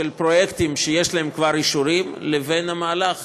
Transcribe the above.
פרויקטים שכבר יש להם אישורים, לבין המהלך